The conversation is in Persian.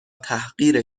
تحقیر